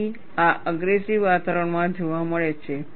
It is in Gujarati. તેથી આ અગ્રેસીવ વાતાવરણમાં જોવા મળે છે